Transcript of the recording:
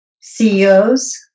CEOs